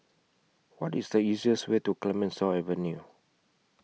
What IS The easiest Way to Clemenceau Avenue